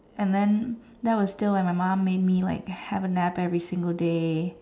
and then that was still when my mum made me like have a nap every single day